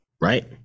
right